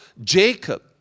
Jacob